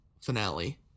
finale